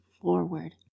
forward